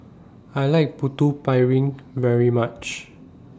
I like Putu Piring very much